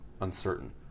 uncertain